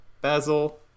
basil